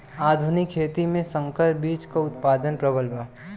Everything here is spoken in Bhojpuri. आधुनिक खेती में संकर बीज क उतपादन प्रबल बा